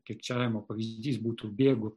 kirčiavimo pavyzdys būtų bėgu